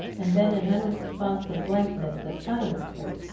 and then an unresponsive blankness that silenced her.